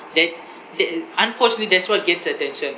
that that i~ unfortunately that's what gets attention